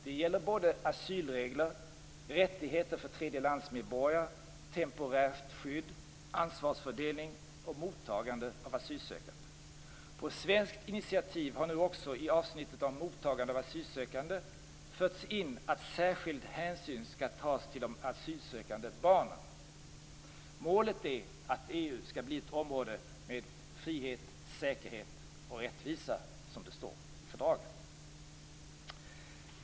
Det gäller både asylregler, rättigheter för tredjelandsmedborgare, temporärt skydd, ansvarsfördelning och mottagande av asylsökande. På svenskt initiativ har nu också i avsnittet om mottagande av asylsökande förts in att särskild hänsyn skall tas till de asylsökande barnen. Målet är att EU skall bli ett område med frihet, säkerhet och rättvisa, som det står i fördraget.